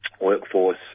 workforce